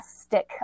stick